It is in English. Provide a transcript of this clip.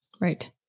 Right